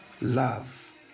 love